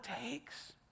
takes